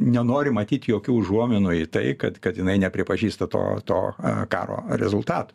nenori matyt jokių užuominų į tai kad kad jinai nepripažįsta to to karo rezultatų